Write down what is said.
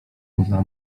poza